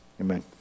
amen